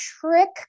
trick